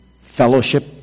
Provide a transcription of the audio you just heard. fellowship